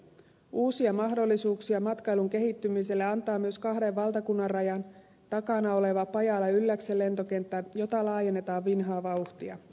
uusia mahdollisuuksia matkailun kehittymiselle antaa myös valtakunnanrajan takana oleva pajalanylläksen lentokenttä jota laajennetaan vinhaa vauhtia